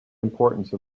importance